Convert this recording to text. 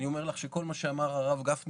אני אומר לך שאני חותם על כל מה שאמר הרב גפני.